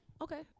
Okay